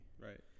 Right